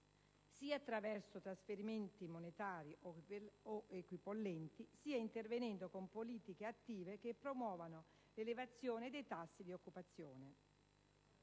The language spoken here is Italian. «sia attraverso trasferimenti monetari o equipollenti (...), sia intervenendo con politiche attive che promuovano l'elevazione dei tassi di occupazione».